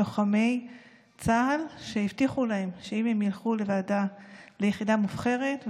לוחמי צה"ל שהבטיחו להם שאם הם ילכו ליחידה מובחרת,